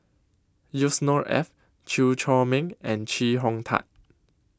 Yusnor Ef Chew Chor Meng and Chee Hong Tat